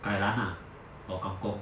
kai lan ah or kang kong